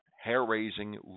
hair-raising